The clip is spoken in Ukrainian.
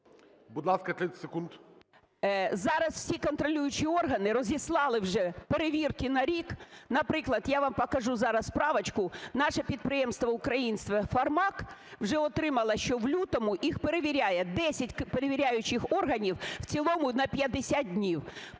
Будь ласка, 30 секунд. КУЖЕЛЬ О.В. Зараз всі контролюючі органи розіслали вже перевірки на рік. Наприклад, я вам покажу зараз справочку, наше підприємство українське "Фармак" вже отримало, що в лютому їх перевіряє 10 перевіряючих органів в цілому на 50 днів.